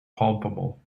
palpable